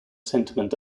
sentiment